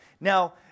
Now